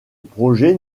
projet